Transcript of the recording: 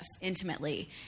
intimately